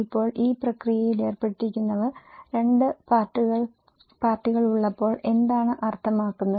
ഇപ്പോൾ ഈ പ്രക്രിയയിൽ ഏർപ്പെട്ടിരിക്കുന്നവർ രണ്ട് പാർട്ടികൾ ഉള്ളപ്പോൾ എന്താണ് അർത്ഥമാക്കുന്നത്